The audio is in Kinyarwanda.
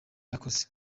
yakoze